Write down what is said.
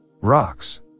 Rocks